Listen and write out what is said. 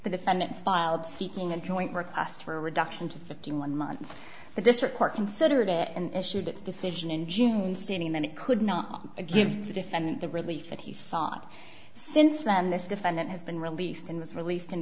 the defendant filed seeking a joint request for a reduction to fifty one months the district court considered it and issued its decision in june stating that it could not give the defendant the relief that he sought since then this defendant has been released and was released in